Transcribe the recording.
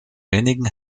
wenigen